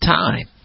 time